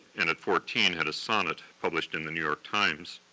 and at fourteen had a sonnet published in the new york times.